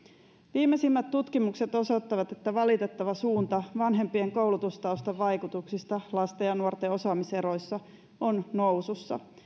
viimeisimmät tutkimukset osoittavat että valitettava suunta vanhempien koulutustaustan vaikutuksista lasten ja nuorten osaamiseroissa on nousussa